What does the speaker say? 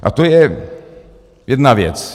A to je jedna věc.